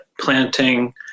planting